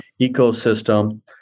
ecosystem